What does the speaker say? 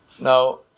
Now